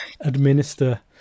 administer